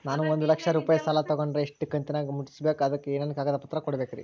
ನಾನು ಒಂದು ಲಕ್ಷ ರೂಪಾಯಿ ಸಾಲಾ ತೊಗಂಡರ ಎಷ್ಟ ಕಂತಿನ್ಯಾಗ ಮುಟ್ಟಸ್ಬೇಕ್, ಅದಕ್ ಏನೇನ್ ಕಾಗದ ಪತ್ರ ಕೊಡಬೇಕ್ರಿ?